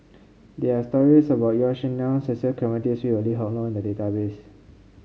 there are stories about Yaw Shin Leong Cecil Clementi Smith and Lee Hock in the database